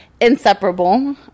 inseparable